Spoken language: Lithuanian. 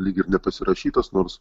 lyg ir nepasirašytas nors